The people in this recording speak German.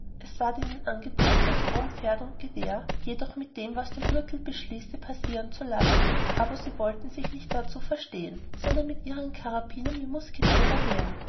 es ward ihnen angeboten sie ohn pferd und gewehr jedoch mit dem was der gürtel beschließe passieren zu lassen aber sie wollten sich nicht darzu verstehen sondern mit ihren karbinern wie musketierer wehren